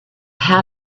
how